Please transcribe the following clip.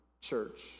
church